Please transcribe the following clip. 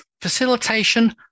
facilitation